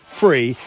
free